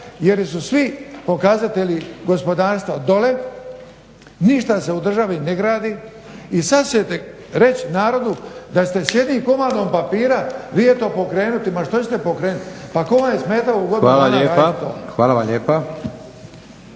jer su svi pokazatelji gospodarstva dole, ništa se u državi ne gradi i sad ćete reći narodu da ste s jednim komadom papira vi to pokrenuti, ma što ćete pokrenut, pa tko vam je smetao u godinu dana… **Leko,